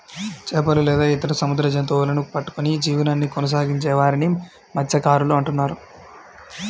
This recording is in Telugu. చేపలు లేదా ఇతర సముద్ర జంతువులను పట్టుకొని జీవనాన్ని కొనసాగించే వారిని మత్య్సకారులు అంటున్నారు